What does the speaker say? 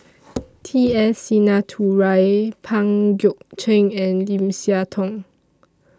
T S Sinnathuray Pang Guek Cheng and Lim Siah Tong